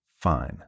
Fine